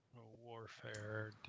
Warfare